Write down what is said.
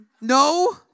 no